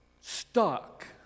stuck